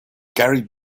gary